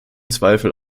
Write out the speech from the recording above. zweifel